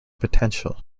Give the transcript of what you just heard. potential